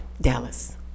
dallas